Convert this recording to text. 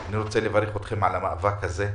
אני רוצה לברך אתכם על המאבק הזה.